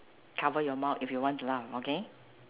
cover your mouth if you want to laugh okay